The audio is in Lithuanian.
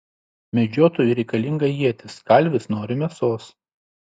medžiotojui reikalinga ietis kalvis nori mėsos